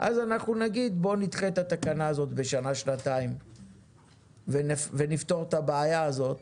אז אנחנו נגיד שנדחה את התקנה הזאת בשנה-שנתיים ונפתור את הבעיה הזאת